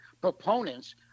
proponents